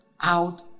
out